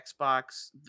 Xbox